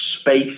space